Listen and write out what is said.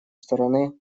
стороны